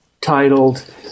titled